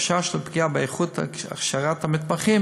והחשש לפגיעה באיכות הכשרת המתמחים